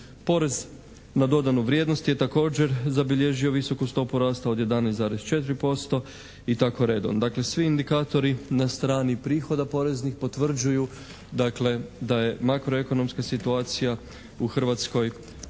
Porez na dodanu vrijednost je također zabilježio visoku stopu rasta od 11,4% i tako redom. Dakle, svi indikatori na strani prihoda poreznih potvrđuju dakle da je makroekonomska situacija u Hrvatskoj